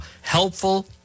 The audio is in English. Helpful